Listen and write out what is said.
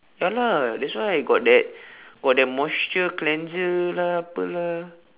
ya lah that's why got that got that moisture cleanser lah apa lah